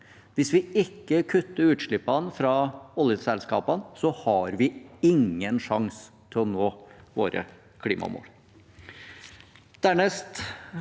Hvis vi ikke kutter utslippene fra oljeselskapene, har vi ingen sjanse til å nå våre klimamål.